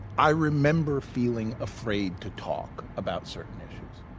i remember feeling afraid to talk about certain issues.